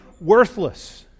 Worthless